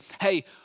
hey